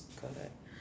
correct